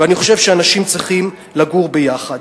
ואני חושב שאנשים צריכים לגור יחד.